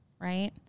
right